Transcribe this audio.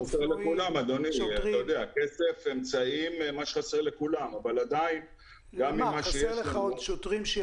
נשמח מאוד לקבל עוד אמצעים ועוד שוטרים לסיירת הארצית שלנו,